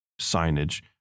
signage